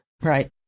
Right